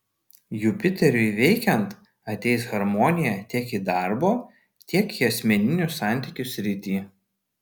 jupiteriui veikiant ateis harmonija tiek į darbo tiek į asmeninių santykių sritį